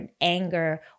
anger